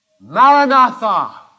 Maranatha